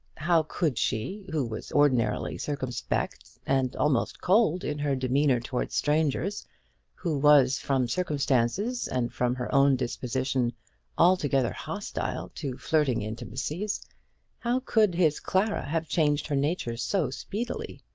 how could she, who was ordinarily circumspect, and almost cold in her demeanour towards strangers who was from circumstances and from her own disposition altogether hostile to flirting intimacies how could his clara have changed her nature so speedily?